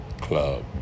Club